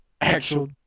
Actual